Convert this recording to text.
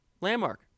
Landmark